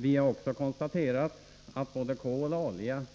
Vi har också konstaterat att både kol och olja